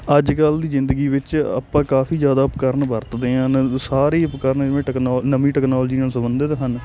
ਅੱਜ ਕੱਲ੍ਹ ਦੀ ਜ਼ਿੰਦਗੀ ਵਿੱਚ ਆਪਾਂ ਕਾਫੀ ਜ਼ਿਆਦਾ ਉਪਕਰਨ ਵਰਤਦੇ ਅਨ ਸਾਰੀ ਉਪਕਰਨ ਜਿਵੇਂ ਟੈਕ ਨਵੀਂ ਟੈਕਨੋਲਜੀ ਨਾਲ ਸੰਬੰਧਿਤ ਹਨ